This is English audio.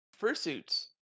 fursuits